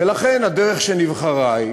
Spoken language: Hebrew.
ולכן הדרך שנבחרה היא